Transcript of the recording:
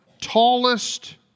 tallest